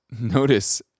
notice